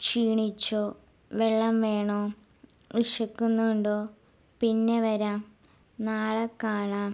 ക്ഷീണിച്ചോ വെള്ളം വേണോ വിശക്കുന്നുണ്ടോ പിന്നെ വരാം നാളെ കാണാം